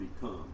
become